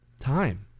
time